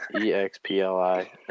E-X-P-L-I